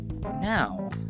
now